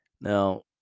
Now